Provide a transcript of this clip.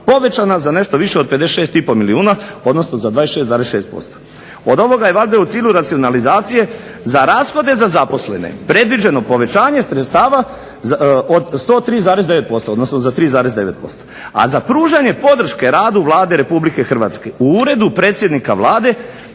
povećana za nešto više od 56,5 milijuna odnosno za 26,6%. Od ovoga je valjda u cilju racionalizacije za rashode za zaposlene predviđeno povećanje sredstava od 103,9 odnosno za 3,9%, a za pružanje podrške radu Vlade Republike Hrvatske u Uredu predsjednika Vlade